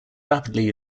rapidly